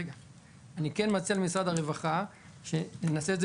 אני כן מציע למשרד הרווחה שנעשה את זה